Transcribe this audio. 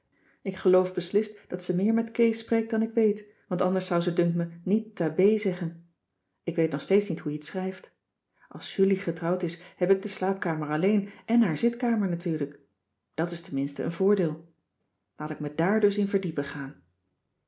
ik geloof beslist dat ze meer met kees spreekt dan ik weet want anders zou ze dunkt me niet tabeh zeggen ik weet nog steeds niet hoe je het schrijft als julie getrouwd is heb ik de slaapkamer alleen en haar zitkamer natuurlijk dat is tenminste een voordeel laat ik me daar dus in verdiepen gaan